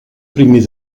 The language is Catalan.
primer